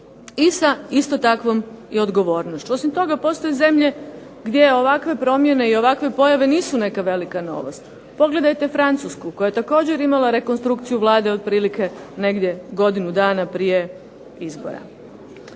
i sa istom takvom i odgovornošću. Osim toga, postoje zemlje gdje ovakve promjene i ovakve pojave nisu neka velika novost. Pogledajte Francusku koja je također imala rekonstrukciju Vlade otprilike negdje godinu dana prije izbora.